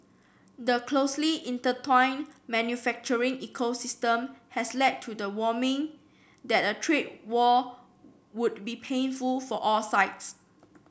the closely intertwined manufacturing ecosystem has led to the warming that a trade war would be painful for all sides